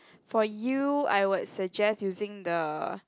for you I would suggest using the